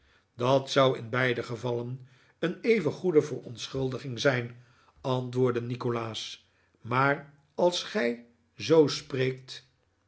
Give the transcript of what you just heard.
dat zou in beide gevallen een even goede verontschuldiging zijn antwoordde nikolaas maar als gij zoo spreekt